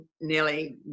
nearly